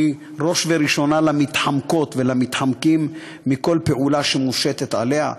היא ראש וראשונה למתחמקות ולמתחמקים מכל פעולה שמושתת עליה.